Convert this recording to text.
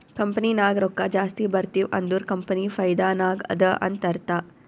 company ನಾಗ್ ರೊಕ್ಕಾ ಜಾಸ್ತಿ ಬರ್ತಿವ್ ಅಂದುರ್ ಕಂಪನಿ ಫೈದಾ ನಾಗ್ ಅದಾ ಅಂತ್ ಅರ್ಥಾ